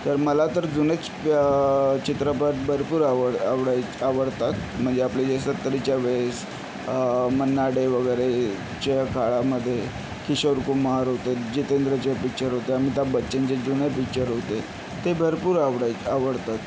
तर मला तर जुने चि चित्रपट भरपूर आवड आवडाय आवडतात म्हणजे आपले जे सतरीच्या वेळेस मन्ना डे वगैरेच्या काळामध्ये किशोरकुमार होते जितेंद्रचे पिक्चर होते अमिताभ बच्चनचे जुने पिक्चर होते ते भरपूर आवडाय आवडतात